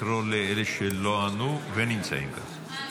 לקרוא לאלה שלא ענו ונמצאים כאן.